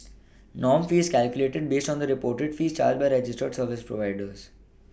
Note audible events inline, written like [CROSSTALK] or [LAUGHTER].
[NOISE] norm fee is calculated based on the reported fees charged by registered service providers